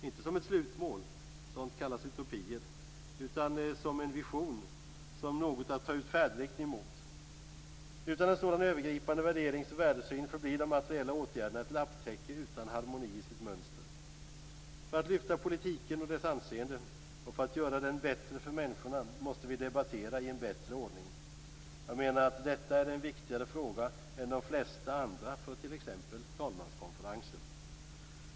Inte som slutmål - sådant kallas utopier - utan som en vision, som något att ta ut färdriktningen mot. Utan en sådan övergripande värderings och värdesyn förblir de materiella åtgärderna ett lapptäcke utan harmoni i sitt mönster. För att lyfta politiken och dess anseende och för att göra den bättre för människorna måste vi debattera i bättre ordning. Jag menar att detta är en viktigare fråga än de flesta andra för t.ex. talmanskonferensen.